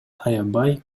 аябай